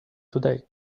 today